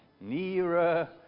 Nearer